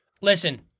Listen